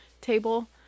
table